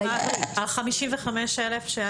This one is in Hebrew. על ה-55 אלף?